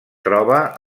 troba